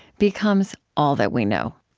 becomes all that we know.